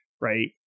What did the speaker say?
right